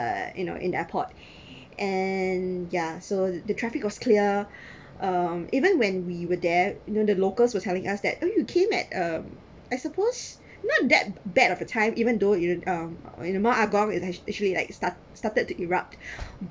uh you know in the airport and yeah so the traffic was clear um even when we were there you know the locals were telling us that oh you came eh um I suppose not that bad of a time even though you know um or you know I'm gone it actually like start started to erupt